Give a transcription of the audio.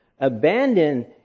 Abandon